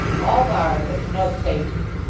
all bars are snug places,